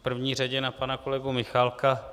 V první řadě na pana kolegu Michálka.